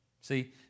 See